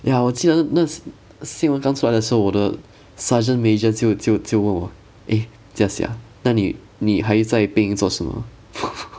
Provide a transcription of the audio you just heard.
ya 我记得那那新闻刚出来的时候我的 sergeant major 就就就问我 eh jia xiang 那你你还在兵营做什么